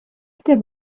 dim